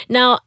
Now